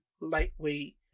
lightweight